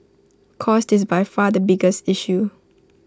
cost is by far the biggest issue